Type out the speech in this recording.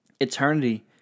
Eternity